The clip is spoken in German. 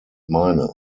meine